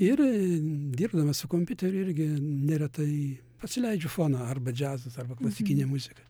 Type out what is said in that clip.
ir dirbdamas su kompiuteriu irgi neretai pasileidžiu foną arba džiazas arba klasikinė muzika